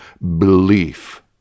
belief